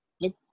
Look